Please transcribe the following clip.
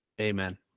Amen